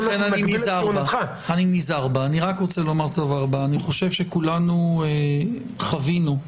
אני חושב שכולנו חווינו,